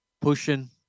pushing